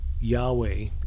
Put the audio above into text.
yahweh